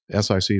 SIC